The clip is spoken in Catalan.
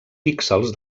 píxels